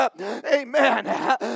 Amen